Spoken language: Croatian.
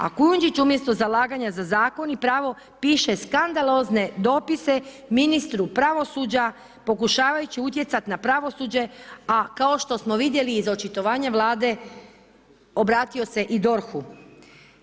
A Kujundžić umjesto zalaganja za zakon i pravo piše skandalozne dopise ministru pravosuđa pokušavajući utjecati na pravosuđe a kao što smo vidjeli iz očitovanja Vlade obratio se i DORH-u.